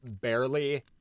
barely